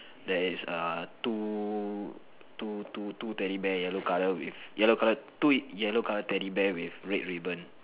there is err two two two two Teddy bear yellow colour with yellow colour two yellow colour Teddy bear with red ribbon